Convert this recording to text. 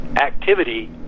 activity